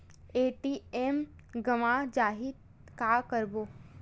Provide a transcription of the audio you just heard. ATM गवां जाहि का करबो?